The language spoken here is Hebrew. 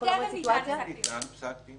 אנחנו מדברים על סיטואציה --- שטרם ניתן פסק דין.